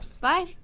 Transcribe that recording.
Bye